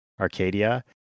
arcadia